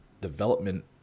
development